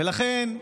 ולכן,